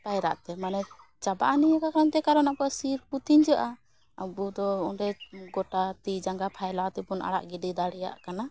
ᱯᱟᱭᱨᱟᱛᱮ ᱢᱟᱱᱮ ᱪᱟᱵᱟᱜᱼᱟ ᱱᱤᱭᱟᱹᱠᱚ ᱠᱟᱨᱚᱱᱛᱮ ᱠᱟᱨᱚᱱ ᱟᱵᱚᱣᱟᱜ ᱥᱤᱨ ᱠᱚ ᱛᱤᱸᱡᱟᱹᱜᱼᱟ ᱟᱵᱚᱫᱚ ᱚᱸᱰᱮ ᱜᱚᱴᱟ ᱛᱤ ᱡᱟᱸᱜᱟ ᱯᱷᱟᱭᱞᱟᱣᱛᱮ ᱵᱚᱱ ᱟᱲᱟᱜ ᱜᱤᱰᱤ ᱫᱟᱲᱮᱭᱟᱜᱼᱟ ᱠᱟᱱᱟ